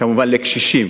כמובן לקשישים,